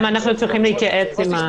אנחנו צריכים להתייעץ עם המשרד.